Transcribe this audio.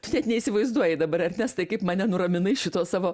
tu net neįsivaizduoji dabar ernestai kaip mane nuraminai šituo savo